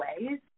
ways